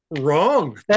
wrong